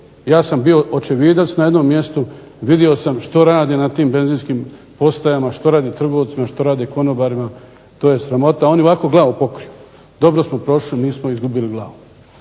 ja sam bio očevidac na jednom mjestu, vidio sam što rade na tim benzinskim postajama, što rade trgovcima, što rade konobarima. Oni ovako glavu pokriju, dobro smo prošli, nismo izgubili glavu.